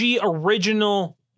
original